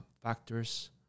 factors